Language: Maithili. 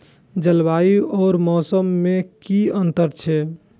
जलवायु और मौसम में कि अंतर छै?